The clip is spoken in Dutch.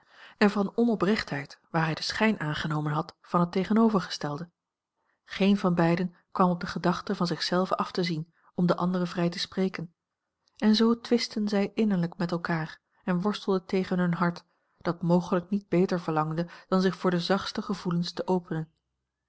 en van onoprechtheid waar hij den schijn aangenomen had van het tegenovergestelde geen van beiden kwam op de gedachte van zich zelve af te zien om den andere vrij te spreken en zoo twistten zij innerlijk met elkaar en worstelden tegen hun hart dat mogelijk niet beter verlangde dan zich voor de zachtste gevoelens te openen